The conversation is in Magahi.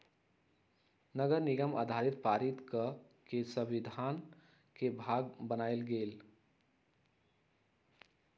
नगरनिगम अधिनियम पारित कऽ के संविधान के भाग बनायल गेल